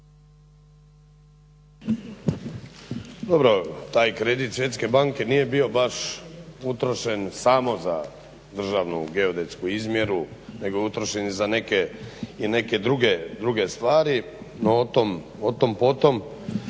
Dobro taj kredit Svjetske banke nije bio baš utrošen samo za Državnu geodetsku izmjeru nego je utrošen i za neke druge stvari, no o tom po tom.